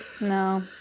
no